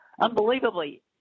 unbelievably